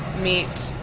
meet